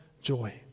joy